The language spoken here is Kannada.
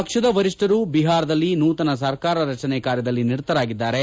ಪಕ್ಷದ ವರಿಷ್ಠರು ಬಿಹಾರದಲ್ಲಿ ನೂತನ ಸರ್ಕಾರ ರಚನೆ ಕಾರ್ಯದಲ್ಲಿ ನಿರತರಾಗಿದ್ದಾರೆ